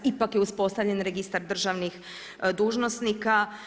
Ipak je uspostavljen registar državnih dužnosnika.